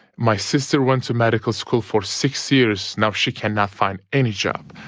my sister went to medical school for six years, now she cannot find any job.